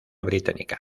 británica